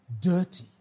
dirty